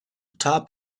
top